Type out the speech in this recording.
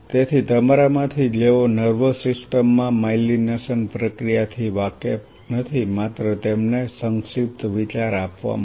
તેથી તમારામાંથી જેઓ નર્વસ સિસ્ટમ માં માયલિનેશન પ્રક્રિયાથી વાકેફ નથી માત્ર તેમને સંક્ષિપ્ત વિચાર આપવા માટે